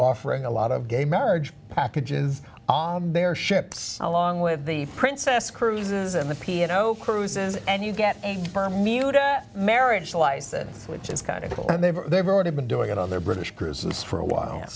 offering a lot of gay marriage packages on their ships along with the princess cruises and the piano cruises and you get permuted marriage license which is kind of cool and they've they've already been doing it on their british cruises for a while